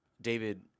David